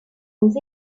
aux